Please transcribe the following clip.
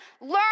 Learn